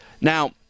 Now